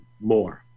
more